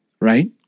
right